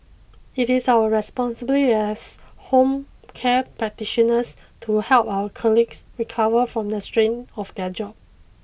it is our responsibility as home care practitioners to help our colleagues recover from the strain of their jobs